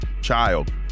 child